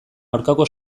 aurkako